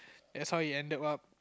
that's how it ended up